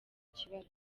kibazo